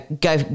go